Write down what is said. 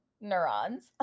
neurons